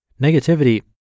Negativity